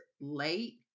late